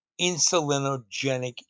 insulinogenic